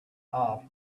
off